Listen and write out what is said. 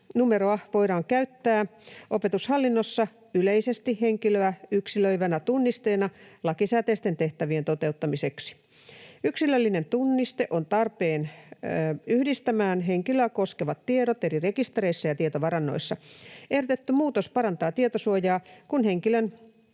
oppijanumeroa voidaan käyttää opetushallinnossa yleisesti henkilöä yksilöivänä tunnisteena lakisääteisten tehtävien toteuttamiseksi. Yksilöllinen tunniste on tarpeen yhdistämään henkilöä koskevat tiedot eri rekistereissä ja tietovarannoissa. Ehdotettu muutos parantaa tietosuojaa, kun henkilön